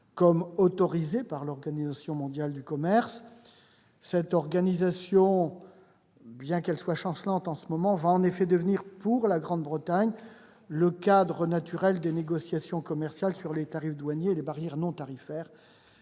comme autorisé par l'Organisation mondiale du commerce. Cette organisation, bien qu'elle soit chancelante en ce moment, va en effet devenir, pour la Grande-Bretagne, le cadre naturel des négociations commerciales sur les tarifs douaniers et les barrières non tarifaires,